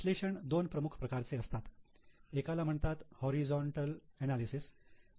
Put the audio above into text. विश्लेषण दोन प्रमुख प्रकारचे असतात एकाला म्हणतात होरिझोंटल अनालिसेस आणि दुसऱ्याला वर्टीकल अनालिसेस